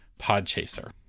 Podchaser